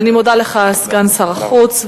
אני מודה לך, סגן שר החוץ.